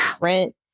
rent